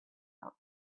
out